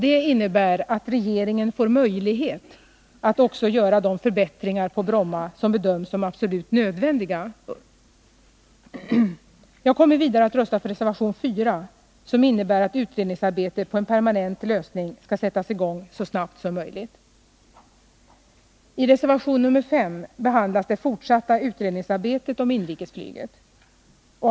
Det innebär att regeringen får möjlighet att också göra de förbättringar på Bromma som bedöms som absolut nödvändiga. Jag kommer vidare att rösta för reservation 4, som innebär att utredningsarbetet, för att få till stånd en permanent lösning, skall sättas i gång så snabbt som möjligt. I reservation nr 5 behandlas det fortsatta utredningsarbetet när det gäller inrikesflyget.